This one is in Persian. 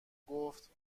گفت